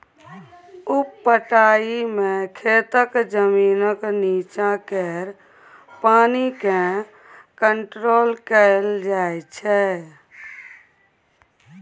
उप पटाइ मे खेतक जमीनक नीच्चाँ केर पानि केँ कंट्रोल कएल जाइत छै